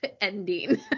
ending